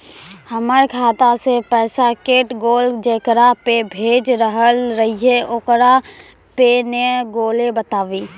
हमर खाता से पैसा कैट गेल जेकरा पे भेज रहल रहियै ओकरा पे नैय गेलै बताबू?